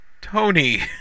Tony